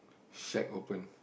shack open